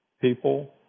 People